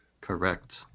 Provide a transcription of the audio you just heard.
Correct